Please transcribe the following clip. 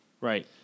Right